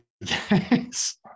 Yes